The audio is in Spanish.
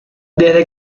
desde